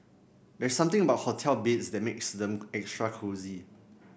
there's something about hotel beds that makes them extra cosy